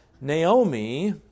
Naomi